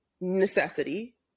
necessity